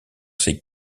ces